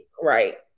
Right